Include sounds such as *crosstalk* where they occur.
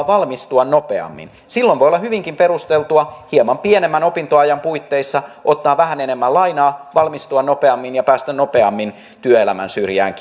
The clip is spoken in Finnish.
*unintelligible* valmistua nopeammin silloin voi olla hyvinkin perusteltua hieman pienemmän opintoajan puitteissa ottaa vähän enemmän lainaa valmistua nopeammin ja päästä nopeammin työelämän syrjään *unintelligible*